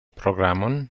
programon